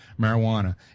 marijuana